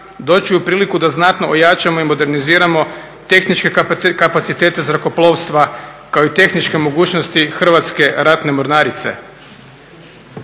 doći u priliku da znatno ojačamo i moderniziramo tehničke kapacitete zrakoplovstva, kao i tehničke mogućnosti Hrvatske ratne mornarice.